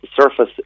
surface